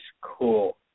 cool